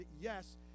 yes